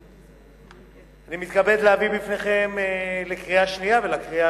אני מתכבד להביא בפניכם לקריאה שנייה ולקריאה